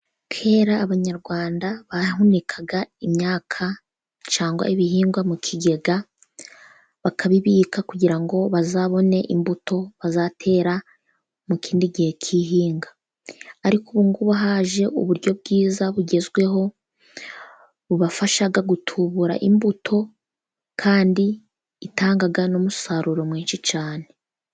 Kera abanyarwanda barahunikaga imyaka, cyangwa ibihingwa mu kigega, bakabibika kugira ngo bazabone imbuto bazatera mu kindi gihe k'ihinga. Ariko ubu ngubu haje uburyo bwiza bugezweho bubafasha gutubura imbuto, kandi itanga n'umusaruro mwinshi cyane.